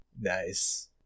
Nice